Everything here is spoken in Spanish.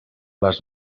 las